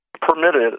Permitted